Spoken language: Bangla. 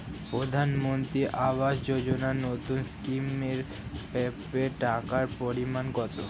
প্রধানমন্ত্রী আবাস যোজনায় নতুন স্কিম এর প্রাপ্য টাকার পরিমান কত?